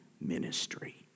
ministry